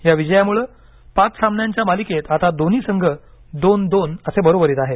या विजयामुळ पाच सामन्यांच्या मालिकेत आता दोन्ही संघ दोन दोन असे बरोबरीत आहेत